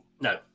no